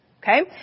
Okay